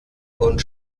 und